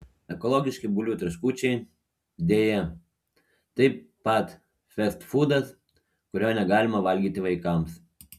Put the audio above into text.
ekologiški bulvių traškučiai deja taip pat festfūdas kurio negalima valgyti vaikams